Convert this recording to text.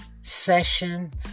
session